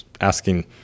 asking